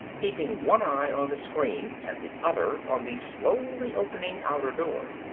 keeping one eye on the screen and the other on the slowly opening outer door.